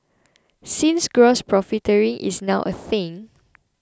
since gross profiteering is now a thing